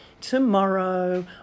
tomorrow